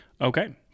Okay